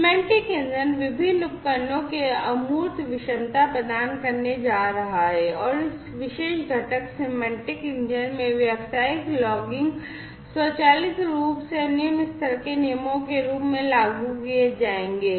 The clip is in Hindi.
सिमेंटिक इंजन विभिन्न उपकरणों के अमूर्त विषमता प्रदान करने जा रहा है इस विशेष घटक सिमेंटिक इंजन में व्यावसायिक लॉगिक्स स्वचालित रूप से निम्न स्तर के नियमों के रूप में लागू किए जाएंगे